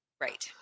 Right